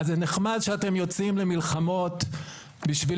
אז זה נחמד שאתם יוצאים למלחמות בשביל